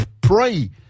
pray